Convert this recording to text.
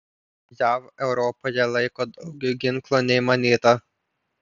jav europoje laiko daugiau ginklų nei manyta